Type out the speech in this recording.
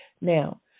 Now